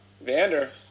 Vander